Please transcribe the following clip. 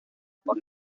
por